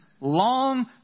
long